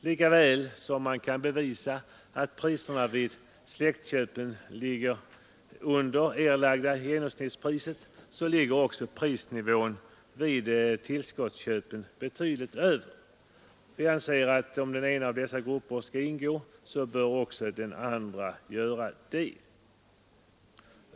Lika väl som man kan bevisa att priserna vid släktköpen ligger under det erlagda genomsnittspriset ligger prisnivån vid tillskottsköpen betydligt över. Vi anser att om den ena av dessa grupper skall ingå så bör också den andra göra det.